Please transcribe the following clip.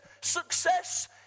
success